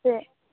তাকে